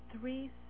three